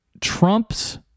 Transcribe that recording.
Trump's